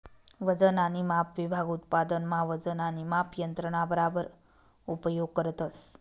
वजन आणि माप विभाग उत्पादन मा वजन आणि माप यंत्रणा बराबर उपयोग करतस